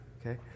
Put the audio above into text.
Okay